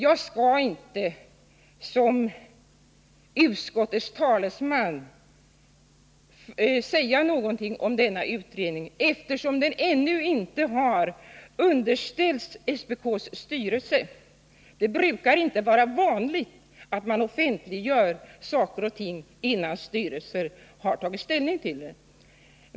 Jag skall inte, såsom utskottets talesman här gjorde, kommentera denna utredning, eftersom den ännu inte har underställts SPK:s styrelse. Det brukar inte vara vanligt att man offentliggör saker och ting, innan styrelsen har tagit ställning.